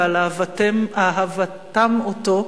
ועל אהבתם אותו.